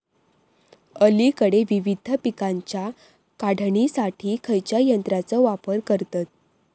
अलीकडे विविध पीकांच्या काढणीसाठी खयाच्या यंत्राचो वापर करतत?